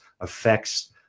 affects